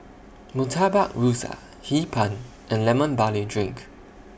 Murtabak Rusa Hee Pan and Lemon Barley Drink